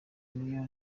niyo